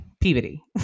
Peabody